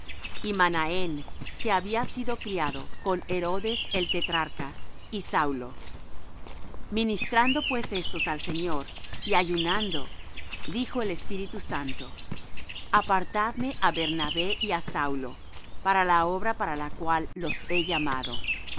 y manahén que había sido criado con herodes el tetrarca y saulo ministrando pues éstos al señor y ayunando dijo el espíritu santo apartadme á bernabé y á saulo para la obra para la cual los he llamado